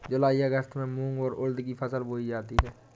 जूलाई अगस्त में मूंग और उर्द की फसल बोई जाती है